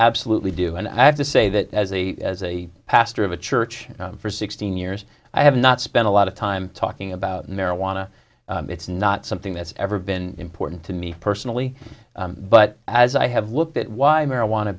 absolutely do and i have to say that as a as a pastor of a church for sixteen years i have not spent a lot of time talking about marijuana it's not something that's ever been important to me personally but as i have looked at why marijuana